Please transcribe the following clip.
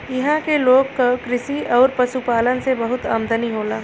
इहां के लोग क कृषि आउर पशुपालन से बहुत आमदनी होला